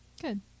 Good